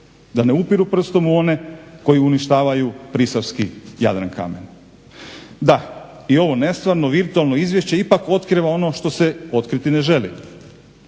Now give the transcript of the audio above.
da ne upiru prstom u one koji uništavaju prisavski Jadrankamen. Da, i ovo nestvarno virtualno izvješće ipak otkriva ono što se otkriti ne želi.